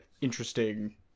interesting